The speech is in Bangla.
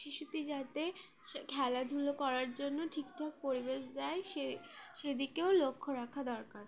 শিশুটি যাতে খেলাধুলো করার জন্য ঠিক ঠাক পরিবেশ যায় সে সেদিকেও লক্ষ্য রাখা দরকার